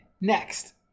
next